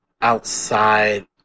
outside